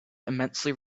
immensely